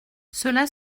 cela